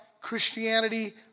Christianity